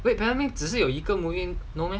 wait peppermint 只是有一个 movie 而已不是 meh